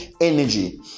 energy